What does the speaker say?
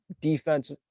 defense